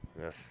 Yes